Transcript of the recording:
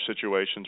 situations